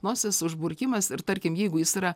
nosies užburkimas ir tarkim jeigu jis yra